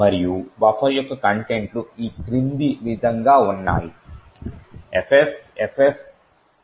మరియు బఫర్ యొక్క కంటెంట్ లు ఈ క్రింది విధంగా ఉన్నాయి FFFFCF08